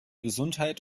gesundheit